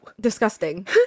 Disgusting